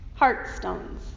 heartstones